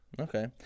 Okay